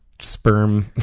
Sperm